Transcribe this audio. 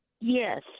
Yes